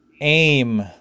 aim